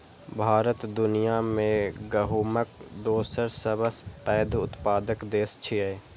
भारत दुनिया मे गहूमक दोसर सबसं पैघ उत्पादक देश छियै